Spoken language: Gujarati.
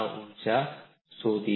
ર્જા શોધીશ